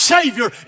Savior